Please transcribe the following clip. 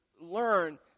learn